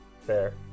Fair